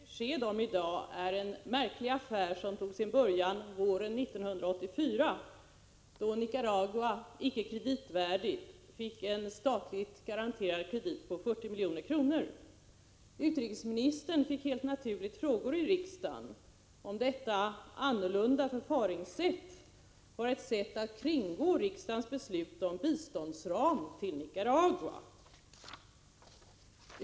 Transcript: Herr talman! Den fråga statsrådet ger besked om i dag är en märklig affär, som tog sin början våren 1984, då Nicaragua, icke kreditvärdigt, fick en statligt garanterad kredit på 40 milj.kr. Utrikesministern fick helt naturligt frågor i riksdagen, om detta annorlunda förfaringssätt var ett sätt att kringgå riksdagens beslut om biståndsram till Nicaragua.